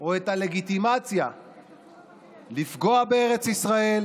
או את הלגיטימציה לפגוע בארץ ישראל